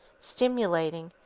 stimulating,